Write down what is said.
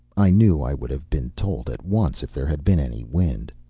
i knew i would have been told at once if there had been any wind.